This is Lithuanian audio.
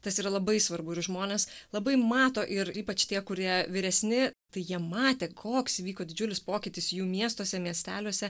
tas yra labai svarbu ir žmonės labai mato ir ypač tie kurie vyresni tai jie matė koks vyko didžiulis pokytis jų miestuose miesteliuose